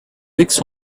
weeks